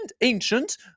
ancient